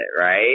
right